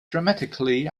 dramatically